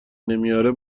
نمیاره